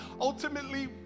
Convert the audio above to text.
ultimately